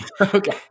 Okay